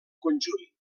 conjunt